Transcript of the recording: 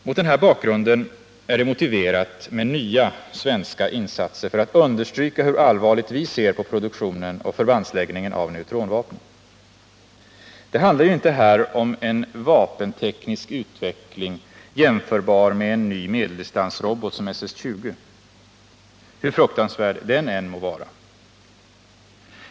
Mot den bakgrunden är det motiverat med nya svenska insatser för att understryka hur allvarligt vi ser på produktionen och förbandsläggningen av neutronvapen. Det handlar ju inte här om en vapenteknisk utveckling, jämförbar med en ny medeldistansrobot som SS 20 hur fruktansvärd den än må vara.